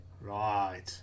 Right